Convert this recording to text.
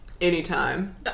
Anytime